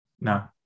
No